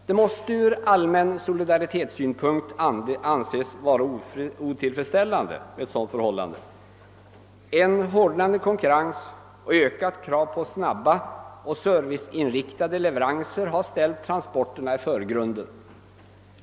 Detta måste ur allmän solidaritetssynpunkt anses vara otillfredsställande. En hårdnande konkurrens och ökat krav på snabba och serviceinriktade leveranser har ställt transporterna i förgrunden.